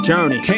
Journey